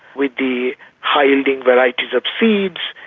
with the high-yielding varieties of seeds,